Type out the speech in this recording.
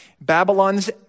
Babylon's